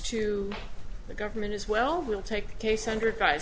to the government as well we'll take case hundred guys